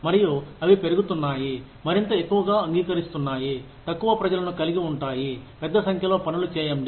మరియు అవి పెరుగుతున్నాయిమరింత ఎక్కువగా అంగీకరిస్తున్నాయి తక్కువ ప్రజలను కలిగి ఉంటాయి పెద్ద సంఖ్యలో పనులు చేయండి